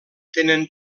tenen